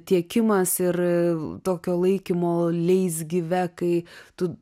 tiekimas ir tokio laikymo leisgyve kai tu